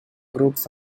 groups